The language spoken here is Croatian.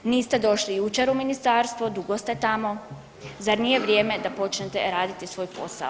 Niste došli jučer u ministarstvo, dugo ste tamo zar nije vrijeme da počnete raditi svoj posao?